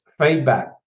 feedback